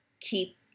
keep